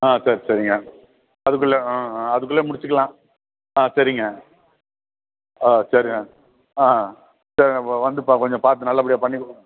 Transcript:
ஆ சரி சரிங்க அதுக்குள்ளே ஆ அதுக்குள்ளே முடிச்சிக்கலாம் ஆ சரிங்க ஆ சரிண்ணே ஆ சரி அப்போ வந்து பா கொஞ்சம் பார்த்து நல்லபடியாக பண்ணிக் கொடுங்க